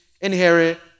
inherit